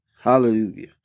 Hallelujah